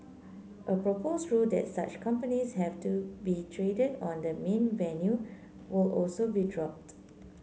a proposed rule that such companies have to be traded on the main venue will also be dropped